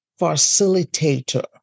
facilitator